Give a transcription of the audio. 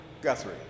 Guthrie